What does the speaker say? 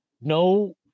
no